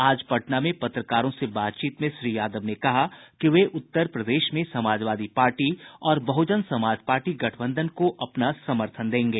आज पटना में पत्रकारों से बातचीत में श्री यादव ने कहा कि वे उत्तर प्रदेश में समाजवादी पार्टी और बहुजन समाज पार्टी गठबंधन को अपना समर्थन देंगे